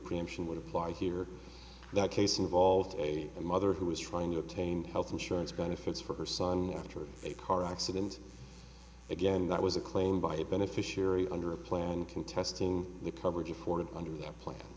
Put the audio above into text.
preemption would apply here that case involved a mother who was trying to obtain health insurance benefits for her son after a car accident again that was a claim by a beneficiary under a plan contesting the coverage afforded under that plan